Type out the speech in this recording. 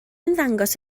ymddangos